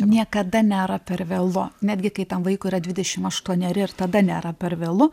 niekada nėra per vėlu netgi kai tam vaikui yra dvidešimt aštuoneri ir tada nėra per vėlu